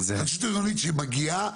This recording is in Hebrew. התחדשות עירונית שמגיעה,